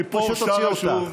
הציפור שרה שוב.